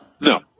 no